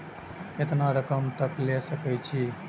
केतना रकम तक ले सके छै?